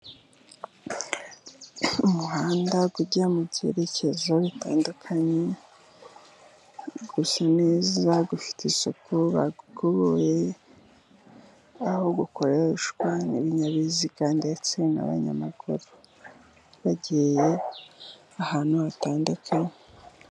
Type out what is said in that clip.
Umuhanda ujya mu byerekezo bitandukanye, usa neza, ufite isuku, bawukubuye, aho ukoreshwa n'ibinyabiziga ndetse n'abanyamaguru bagiye ahantu hatandukanye.